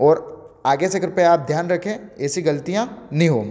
और आगे से कृपया आप ध्यान रखें ऐसी गलतियाँ नहीं हो